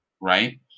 Right